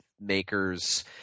makers